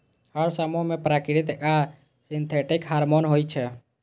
हर समूह मे प्राकृतिक आ सिंथेटिक हार्मोन होइ छै